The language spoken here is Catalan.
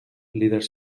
líders